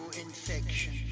infection